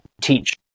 teach